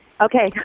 Okay